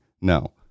No